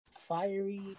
fiery